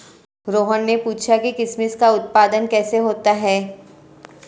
रोहन ने पूछा कि किशमिश का उत्पादन कैसे होता है?